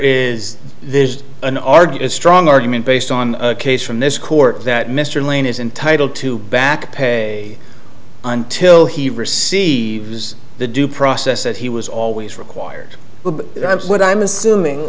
is there's an argument strong argument based on case from this court that mr lane is entitled to back pay until he receives the due process that he was always required but what i'm assuming